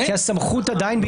חברים, אתם לא מפסיקים להפריע.